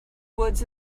woods